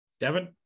Devin